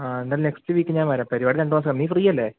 ആ എന്തായാലും next week ഞാൻ വരാം പരിപാടി രണ്ട് മാസാ നീ ഫ്രീയല്ലേ